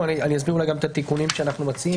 ואני אסביר אולי את התיקונים שאנחנו מציעים,